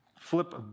flip